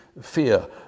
fear